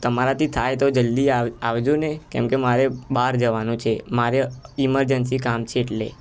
તમારાથી થાય તો જલ્દી આવ આવજો ને કેમકે મારે બહાર જવાનું છે મારે ઈમરજન્સી કામ છે એટલે